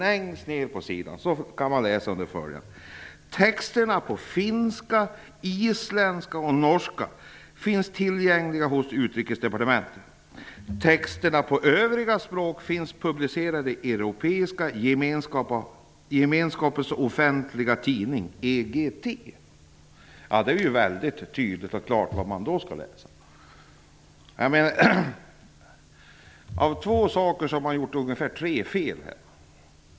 Längst ned på sidan kan man läsa följande: ''Texterna på finska, isländska och norska finns tillgängliga hos Utrikesdepartementet. Texterna på de övriga språken finns publicerade i .'' Då är det tydligt och klart var man skall läsa! Av två saker har man gjort tre fel här.